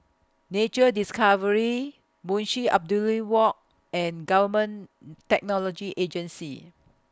Nature Discovery Munshi Abdullah Walk and Government Technology Agency